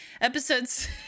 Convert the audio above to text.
Episodes